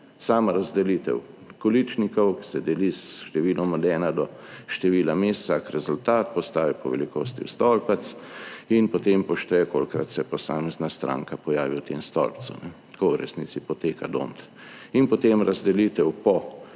Sama razdelitev količnikov se deli s številom od ena do števila mest, vsak rezultat postavi po velikosti v stolpec in potem po šteje, kolikokrat se posamezna stranka pojavi v tem stolpcu tako v resnici poteka Dont in potem razdelitev po